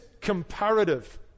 comparative